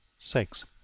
six.